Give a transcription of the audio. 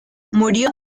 murió